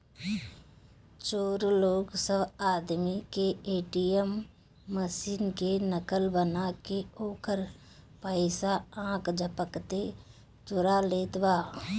चोर लोग स आदमी के ए.टी.एम मशीन के नकल बना के ओकर पइसा आख झपकते चुरा लेत बा